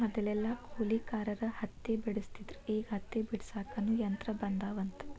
ಮದಲೆಲ್ಲಾ ಕೂಲಿಕಾರರ ಹತ್ತಿ ಬೆಡಸ್ತಿದ್ರ ಈಗ ಹತ್ತಿ ಬಿಡಸಾಕುನು ಯಂತ್ರ ಬಂದಾವಂತ